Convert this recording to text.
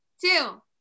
two